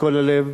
מכל הלב,